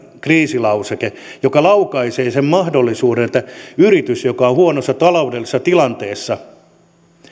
kriisilauseke joka laukaisee sen mahdollisuuden että yritys joka on huonossa taloudellisessa tilanteessa